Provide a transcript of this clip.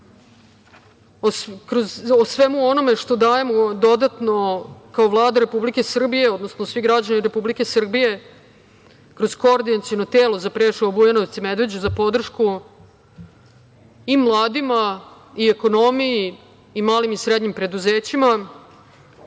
o svemu onome što dajemo dodatno kao Vlada Republike Srbije, odnosno svi građani Republike Srbije kroz koordinaciono telo za Preševo, Bujanovac i Medveđu, za podršku i mladima i ekonomiji i malim i srednjim preduzećima. Posebno